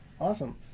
Awesome